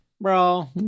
Bro